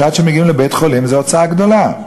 שעד שמגיעים לבית-חולים זו הוצאה גדולה?